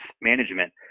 management